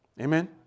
Amen